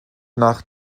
nach